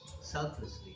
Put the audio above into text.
selflessly